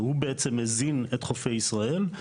שהוא בעצם מזין את חופי ישראל.